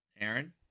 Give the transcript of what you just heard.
Aaron